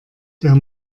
der